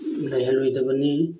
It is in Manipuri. ꯂꯩꯍꯜꯂꯣꯏꯗꯕꯅꯤ